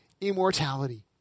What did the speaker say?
immortality